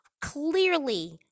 clearly